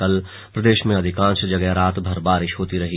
कल प्रदेश में अधिकांश जगह रातभर बारिश होती रही